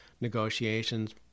negotiations